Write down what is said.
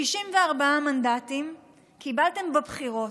64 מנדטים קיבלתם בבחירות.